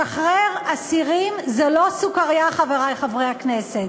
לשחרר אסירים, זו לא סוכרייה, חברי חברי הכנסת,